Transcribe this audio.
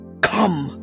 come